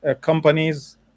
companies